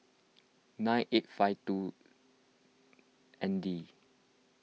nine eight five two N D